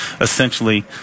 essentially